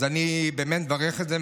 אז אני באמת מברך על זה.